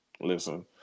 listen